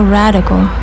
radical